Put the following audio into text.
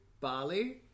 Bali